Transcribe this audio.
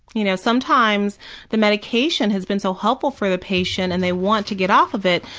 you know sometimes the medication has been so helpful for the patient and they want to get off of it.